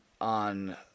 on